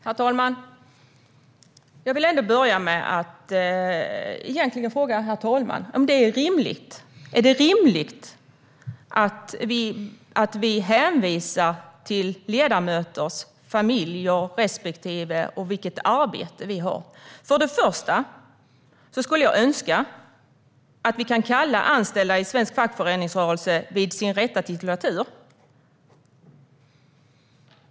Herr talman! Jag vill börja med att fråga talmannen om det är rimligt att vi hänvisar till ledamöters familjer och respektive och vilket arbete de har. För det första skulle jag önska att vi kunde kalla anställda i svensk fackföreningsrörelse vid deras rätta titulatur.